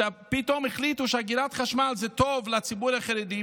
כשפתאום החליטו שאגירת חשמל טובה לציבור החרדי,